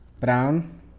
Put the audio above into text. Brown